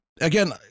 again